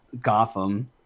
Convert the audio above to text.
Gotham